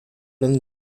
und